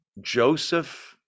Joseph